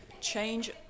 change